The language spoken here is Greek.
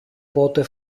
πότε